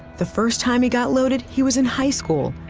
the first time he got loaded, he was in high school.